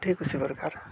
ठीक उसी प्रकार